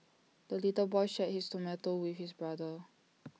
the little boy shared his tomato with his brother